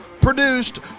Produced